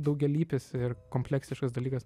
daugialypis ir kompleksiškas dalykas